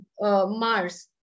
Mars